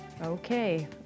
okay